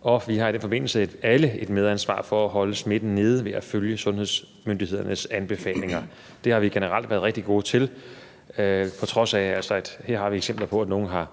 Og vi har i den forbindelse alle et medansvar for at holde smitten nede ved at følge sundhedsmyndighedernes anbefalinger. Det har vi generelt været rigtig gode til, på trods af at vi altså her har eksempler på, at nogle er